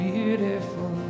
beautiful